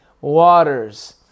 waters